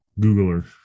Googler